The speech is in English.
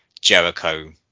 Jericho